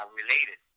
related